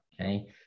Okay